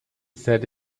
set